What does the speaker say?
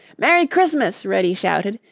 merry christmas, reddy shouted,